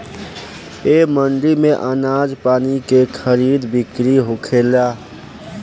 ए मंडी में आनाज पानी के खरीद बिक्री होखेला